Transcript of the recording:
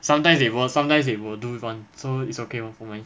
sometimes they won't sometimes they will do one so it's okay one for me